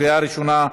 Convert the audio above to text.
קריאה ראשונה,